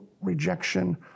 rejection